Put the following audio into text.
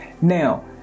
Now